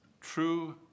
True